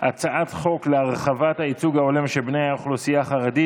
הצעת חוק להרחבת הייצוג ההולם של בני האוכלוסייה החרדית